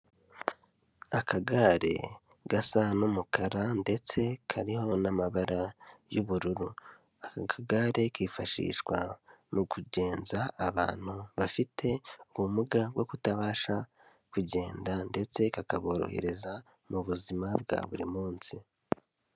Akagare gasa n'umukara ndetse kariho n'amabara y'ubururu. Aka kagare kifashishwa mu kugenza abantu bafite, ubumuga bwo kutabasha kugenda ndetse kakaborohereza mu buzima bwa buri munsi.